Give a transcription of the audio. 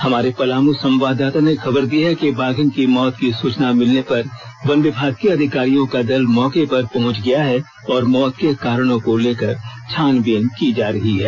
हमारे पलामू संवाददाता ने खबर दी है कि बाधिन की मौत की सूचना मिलने पर वन विभाग के अधिकारियों का दल मौके पर पहुंच गया है और मौत के कारणों को लेकर छानबीन की जा रही है